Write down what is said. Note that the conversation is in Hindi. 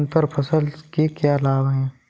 अंतर फसल के क्या लाभ हैं?